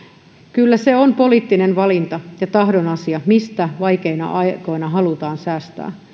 kyllä se on poliittinen valinta ja tahdon asia mistä vaikeina aikoina halutaan säästää